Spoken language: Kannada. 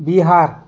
ಬಿಹಾರ್